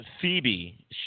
Phoebe